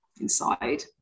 inside